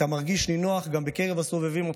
אתה מרגיש נינוח גם בקרב הסובבים אותך,